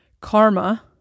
karma